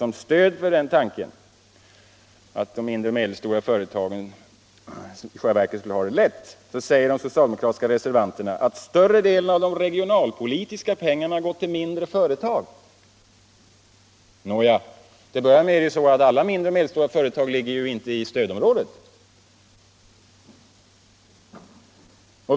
Som stöd för uppfattningen att de mindre och medelstora företagen i själva verket har det lätt säger de socialdemokratiska reservanterna att större delen av de regionalpolitiska medlen går till mindre företag. Nåja, till att börja med ligger ju inte alla mindre och medelstora företag i stödområdet.